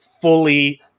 fully